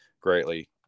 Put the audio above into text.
greatly